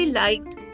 liked